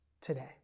today